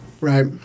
right